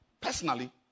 personally